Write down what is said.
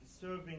serving